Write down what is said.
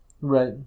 Right